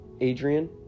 Adrian